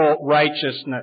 righteousness